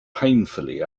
painfully